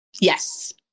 Yes